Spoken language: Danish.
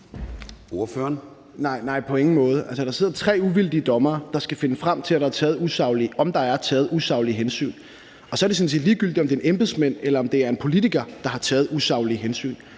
Nej, på ingen måde. Altså, der sidder tre uvildige dommere, der skal finde frem til, om der er taget usaglige hensyn, og så er det sådan set ligegyldigt, om det er en embedsmand, eller om det er en politiker, der har taget usaglige hensyn.